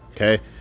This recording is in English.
okay